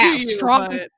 strong